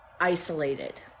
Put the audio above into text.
isolated